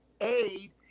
aid